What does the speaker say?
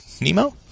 Nemo